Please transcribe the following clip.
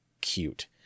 cute